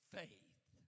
faith